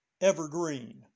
evergreen